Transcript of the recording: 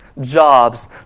Jobs